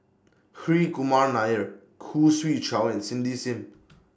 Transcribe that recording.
Hri Kumar Nair Khoo Swee Chiow and Cindy SIM